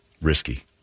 risky